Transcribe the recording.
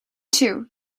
too